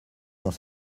dans